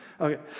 Okay